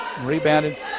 Rebounded